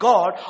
God